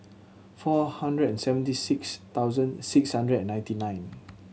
four hundred and seventy six thousand six hundred and ninety nine